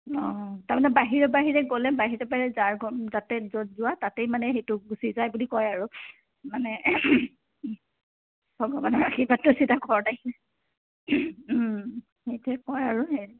অঁ তাৰমানে বাহিৰে বাহিৰে গ'লে বাহিৰে বাহিৰে যাৰ ঘৰত যাতে য'ত যোৱা তাতেই মানে সেইটো গুচি যায় বুলি কয় আৰু মানে ভগৱানৰ আৰ্শীবাদটো চিধা ঘৰত আহি সেইটোৱ কয় আৰু